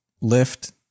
lift